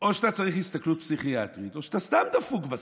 או שאתה צריך הסתכלות פסיכיאטרית או שאתה סתם דפוק בשכל.